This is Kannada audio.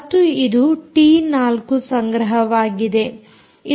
ಮತ್ತು ಇದು ಟಿ4 ಸಂಗ್ರಹವಾಗಿದೆ